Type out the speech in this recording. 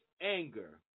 anger